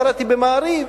קראתי ב"מעריב".